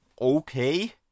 okay